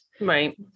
Right